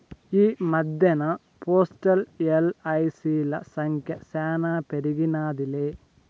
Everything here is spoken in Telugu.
ఈ మద్దెన్న పోస్టల్, ఎల్.ఐ.సి.ల సంఖ్య శానా పెరిగినాదిలే